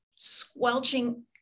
squelching